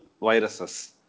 viruses